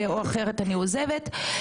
או אחרת אני עוזבת.